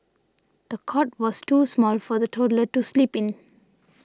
the cot was too small for the toddler to sleep in